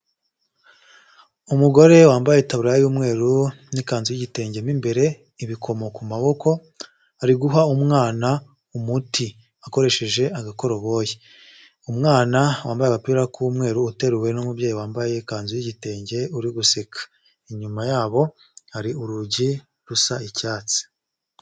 Umugore wambaye itaburiya y'umweru n'ikanzu y'igitenge mo imbere, ibikomo ku maboko, ari guha umwana umuti akoresheje agakoroboyi, umwana wambaye agapira k'umweru uteruwe n'umubyeyi wambaye ikanzu y'igitenge uri guseka, inyuma yabo hari urugi rusa icyatsi.